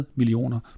millioner